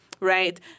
Right